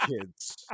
kids